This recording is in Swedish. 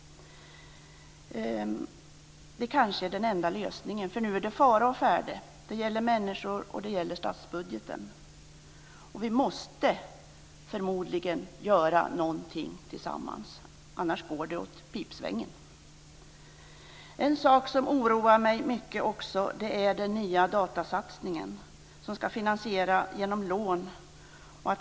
Det kanske är den enda lösningen, för nu är det fara å färde. Det gäller människor och det gäller statsbudgeten. Vi måste förmodligen göra någonting tillsammans, annars går det åt pipsvängen. En sak som också oroar mig mycket är den nya datasatsningen. Den ska finansieras genom lån.